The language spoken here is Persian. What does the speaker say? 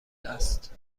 است